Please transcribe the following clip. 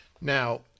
now